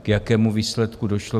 K jakému výsledku došlo?